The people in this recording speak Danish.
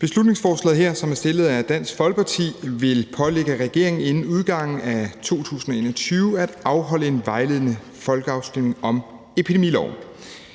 Beslutningsforslaget her, som er fremsat af Dansk Folkeparti, vil pålægge regeringen inden udgangen af 2021 at afholde en vejledende folkeafstemning om epidemiloven.